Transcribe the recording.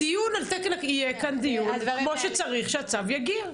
--- יהיה כאן דיון כמו שצריך כשהצו יגיע.